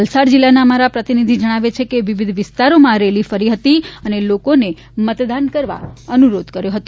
વલસાડ જિલ્લાના અમારા પ્રતિનિધિ જણાવે છે કે વિવિધ વિસ્તારોમાં ફરી હતી અને લોકોને મતદાન કરવા અનુરોધ કર્યો હતો